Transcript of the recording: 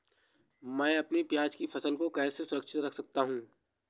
मैं अपनी प्याज की फसल को कैसे सुरक्षित रख सकता हूँ?